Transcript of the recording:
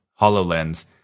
Hololens